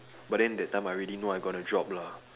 but then that time I already know I going to drop lah